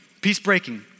peace-breaking